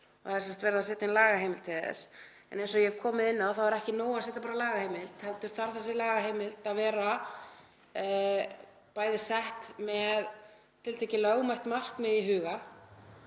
Það er sem sagt verið að setja inn lagaheimild til þess. Eins og ég hef komið inn á er ekki nóg að setja bara lagaheimild heldur þarf þessi lagaheimild að vera sett með tiltekið lögmætt markmið í huga